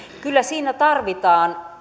kyllä siinä tarvitaan